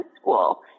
school